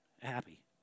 happy